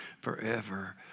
forever